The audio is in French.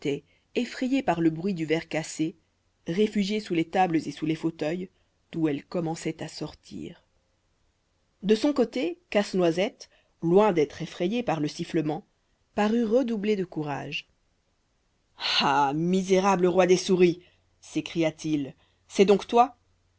effrayées par le bruit du verre cassé réfugiées sous les tables et sous les fauteuils d'où elles commençaient à sortir de son côté casse-noisette loin d'être effrayé par le sifflement parut redoubler de courage ah misérable roi des souris s'écria-t-il c'est donc toi